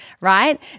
right